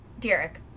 Derek